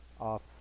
off